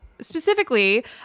Specifically